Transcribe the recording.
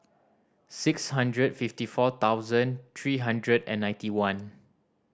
six hundred fifty four thousand three hundred and ninety one